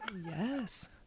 yes